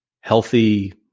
healthy